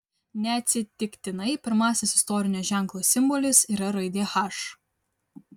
neatsitiktinai pirmasis istorinio ženklo simbolis yra raidė h